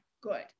good